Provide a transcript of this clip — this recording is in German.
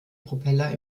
propeller